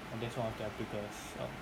and that's one of their biggest um